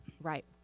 right